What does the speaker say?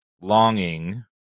longing